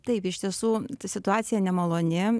taip iš tiesų situacija nemaloni